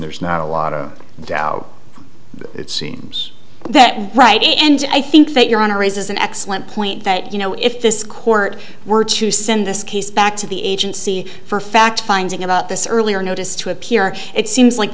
there's not a lot of doubt it seems that right and i think that your honor raises an excellent point that you know if this court were to send this case back to the agency for fact finding about this earlier notice to appear it seems like